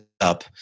up